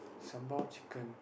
sambal chicken